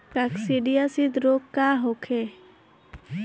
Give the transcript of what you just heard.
काकसिडियासित रोग का होखे?